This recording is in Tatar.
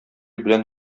белән